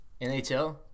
NHL